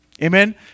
Amen